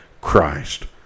Christ